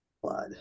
blood